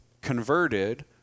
converted